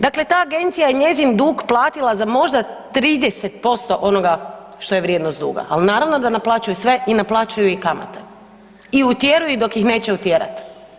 Dakle, ta agencija je njezin dug platila za možda 30% onoga što je vrijednost duga, ali naravno da naplaćuje sve i naplaćuje i kamate i utjeruje ih dok ih neće utjerat.